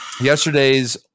yesterday's